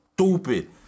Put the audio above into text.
stupid